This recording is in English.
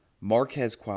Marquez